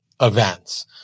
events